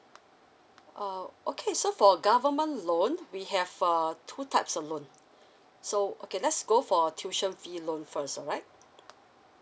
uh okay so for government loan we have uh two types of loan so okay let's go for tuition fee loan first alright